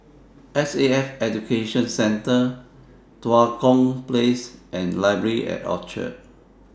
S A F Education Centre Tua Kong Place and Library At Orchard